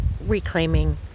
reclaiming